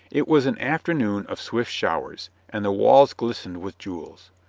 it was an afternoon of swift showers, and the walls glistened with jewels.